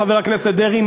חבר הכנסת דרעי,